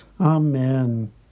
Amen